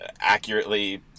accurately